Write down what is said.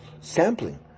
sampling